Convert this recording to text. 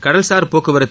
கடல்சார் போக்குவரத்து